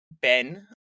Ben